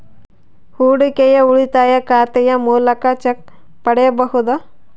ಹೂಡಿಕೆಯ ಉಳಿತಾಯ ಖಾತೆಯ ಮೂಲಕ ಚೆಕ್ ಪಡೆಯಬಹುದಾ?